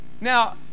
Now